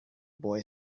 boy